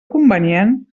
convenient